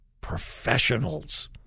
professionals